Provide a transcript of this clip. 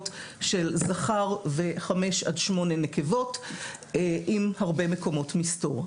של זכר ו-5 עד 8 נקבות עם הרבה מקומות מסתור.